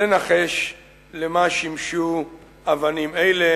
כל אחד מאתנו יכול לנחש למה שימשו אבנים אלה.